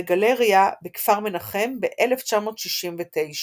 בגלריה בכפר מנחם, ב-1969.